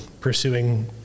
pursuing